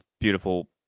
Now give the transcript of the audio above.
beautiful